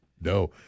No